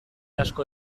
asko